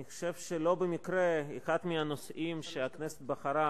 אני חושב שלא במקרה אחד הנושאים שהכנסת בחרה